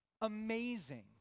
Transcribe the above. amazing